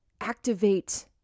activate